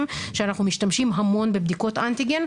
שאנחנו משתמשים המון בבדיקות אנטיגן,